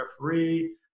referee